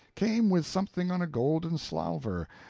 came with something on a golden salver,